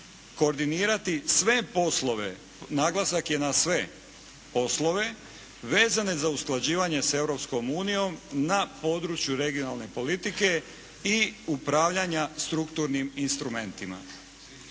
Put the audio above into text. koordinirati sve poslove, naglasak je na sve poslove, vezane za usklađivanje s Europskom unijom na području regionalne politike i upravljanja strukturnim instrumentima.